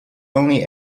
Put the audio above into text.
only